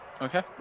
Okay